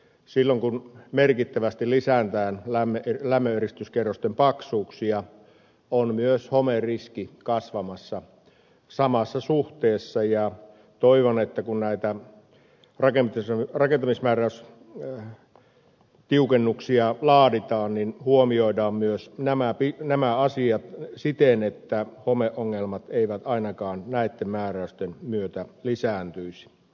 silloin kun merkittävästi lisätään lämmöneristyskerrosten paksuuksia on myös homeriski kasvamassa samassa suhteessa ja toivon että kun näitä rakentamismääräystiukennuksia laaditaan huomioidaan myös nämä asiat siten että homeongelmat eivät ainakaan näitten määräysten myötä lisääntyisi